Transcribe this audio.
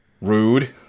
Rude